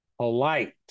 polite